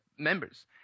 members